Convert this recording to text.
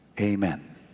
amen